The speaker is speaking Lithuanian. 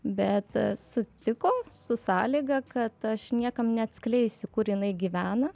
bet sutiko su sąlyga kad aš niekam neatskleisiu kur jinai gyvena